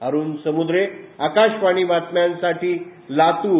अरूण समूद्रे आकाशवाणी बातम्यासाठी लातूर